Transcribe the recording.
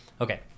Okay